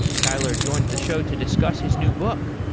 tyler joins the show to discuss his new book.